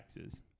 taxes